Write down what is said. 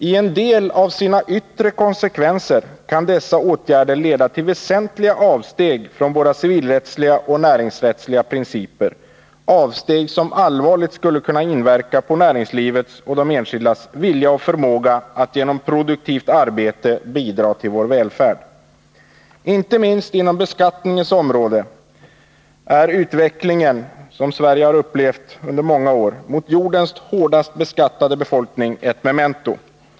I en del av sina yttre konsekvenser kan dessa åtgärder leda till väsentliga avsteg från våra civilrättsliga och näringsrättsliga principer, avsteg som allvarligt skulle kunna inverka på näringslivet och på de enskildas vilja och förmåga att genom produktivt arbete bidra till vår välfärd. Inte minst inom beskattningens område är den utvecklingen, mot jordens hårdast beskattade befolkning, som Sverige har upplevt under många år, ett memento.